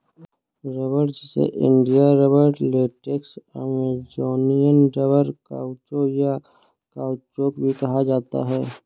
रबड़, जिसे India rubber, latex, Amazonian rubber, caucho, या काउचौक भी कहा जाता है